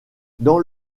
dans